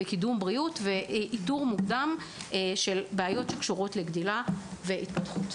קידום בריאות ואיתור מוקדם של בעיות שקשורות בגדילה והתפתחות.